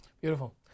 Beautiful